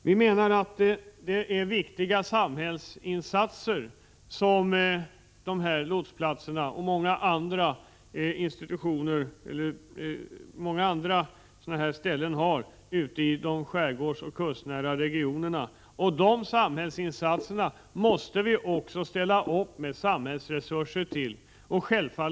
Vi menar att man på dessa lotsplatser gör viktiga samhällsinsatser ute i skärgården och de kustnära regionerna. Vi måste också ställa upp med samhällets resurser till de insatserna.